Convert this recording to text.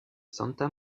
santa